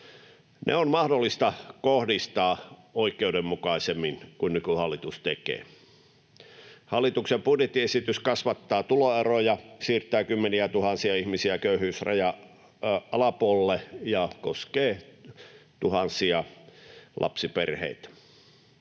Ne on mahdollista kohdistaa oikeudenmukaisemmin kuin nykyhallitus tekee. Hallituksen budjettiesitys kasvattaa tuloeroja, siirtää kymmeniätuhansia ihmisiä köyhyysrajan alapuolelle, ja tämä koskee tuhansia lapsiperheitä.